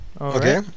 okay